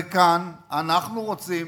וכאן אנחנו רוצים